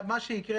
מה שיקרה,